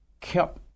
kept